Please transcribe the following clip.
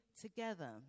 together